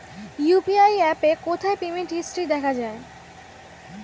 UPI অ্যাপে কোথায় payment history দেখা যায়?